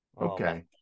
Okay